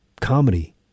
comedy